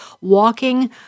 Walking